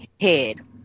head